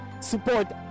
support